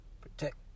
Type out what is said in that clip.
protect